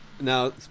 now